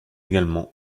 également